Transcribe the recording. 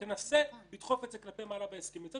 תנסה לדחוף את זה כלפי מעלה בריבית ההסכמית.